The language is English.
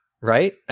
right